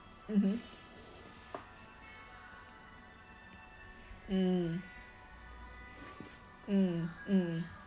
mmhmm mm mm mm